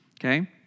okay